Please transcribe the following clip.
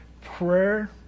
prayer